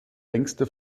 längste